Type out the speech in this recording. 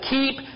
Keep